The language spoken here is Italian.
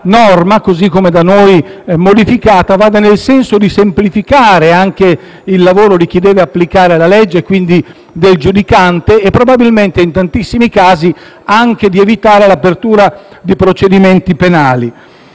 così come da noi modificata, vada nel senso di semplificare anche il lavoro di chi deve applicare la legge e quindi del giudicante, e probabilmente in tantissimi casi anche di evitare l'apertura di procedimenti penali.